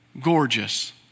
gorgeous